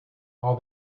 all